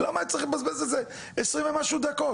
למה היינו צריכים לבזבז על זה 20 ומשהו דקות?